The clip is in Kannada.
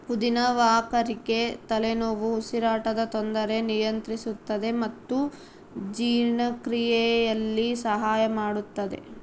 ಪುದಿನ ವಾಕರಿಕೆ ತಲೆನೋವು ಉಸಿರಾಟದ ತೊಂದರೆ ನಿಯಂತ್ರಿಸುತ್ತದೆ ಮತ್ತು ಜೀರ್ಣಕ್ರಿಯೆಯಲ್ಲಿ ಸಹಾಯ ಮಾಡುತ್ತದೆ